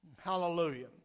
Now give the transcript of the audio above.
Hallelujah